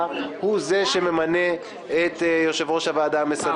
הוא זה שממנה את יושב-ראש הוועדה המסדרת.